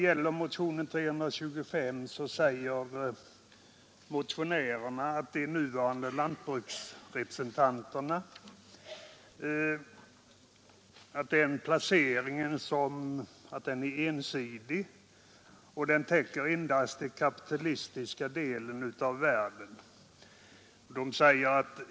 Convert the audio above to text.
I motionen 325 anför motionärerna att lantbruksrepresentanternas placering för närvarande är ensidig och endast täcker den kapitalistiska delen av världen.